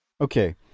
Okay